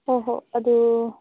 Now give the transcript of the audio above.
ꯍꯣ ꯍꯣ ꯑꯗꯨ